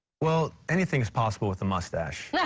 well, anything's possible with the mustache. yeah